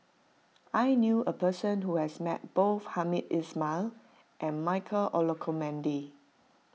I knew a person who has met both Hamed Ismail and Michael Olcomendy